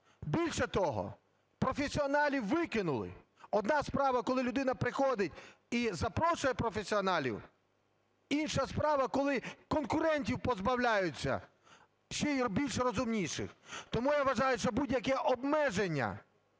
Більше того, професіоналів викинули. Одна справа – коли людина приходить і запрошує професіоналів, інша справа – коли конкурентів позбавляються, ще й більш розумніших. Тому я вважаю, що будь-яке обмеження